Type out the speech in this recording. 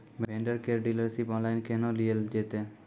Vendor केर dealership online केहनो लियल जेतै?